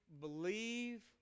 believe